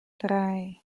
drei